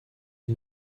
you